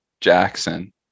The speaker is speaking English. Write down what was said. Jackson